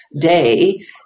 day